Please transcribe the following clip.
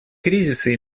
кризисы